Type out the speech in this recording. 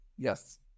Yes